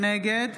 נגד